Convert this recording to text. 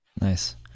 nice